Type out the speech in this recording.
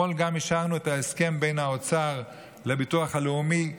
אתמול גם אישרנו את ההסכם בין האוצר לביטוח הלאומי,